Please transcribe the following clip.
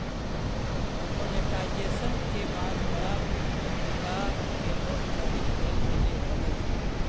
demonetisation के बाद नया प्तरीका के नोट जारी कैल गेले हलइ